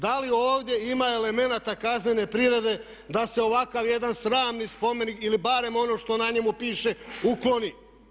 Da li ovdje ima elemenata kaznene prirode da se ovakav jedan sramni spomenik ili barem ono što na njemu piše ukloni?